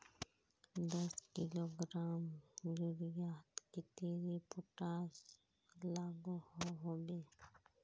दस किलोग्राम यूरियात कतेरी पोटास लागोहो होबे?